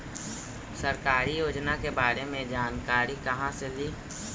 सरकारी योजना के बारे मे जानकारी कहा से ली?